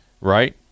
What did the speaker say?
right